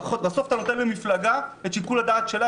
בסוף אתה נותן למפלגה את שיקול הדעת שלה,